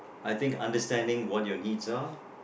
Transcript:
I think understanding what your needs are